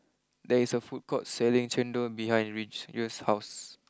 there is a food court selling Chendol behind Ridge house